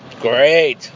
Great